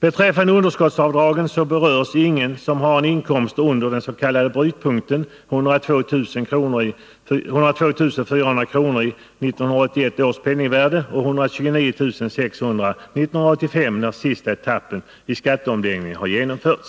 Beträffande begränsningen av underskottsavdragen berörs ingen som har inkomster under den s.k. brytpunkten, 102 400 kr. i 1981 års penningvärde och 129 600 kr. år 1985, när den sista etappen i skatteomläggningen har genomförts.